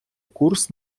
курс